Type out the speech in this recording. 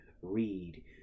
Read